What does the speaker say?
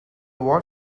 what